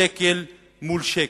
שקל מול שקל.